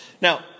Now